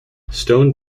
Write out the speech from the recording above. stone